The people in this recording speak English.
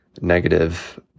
negative